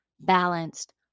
balanced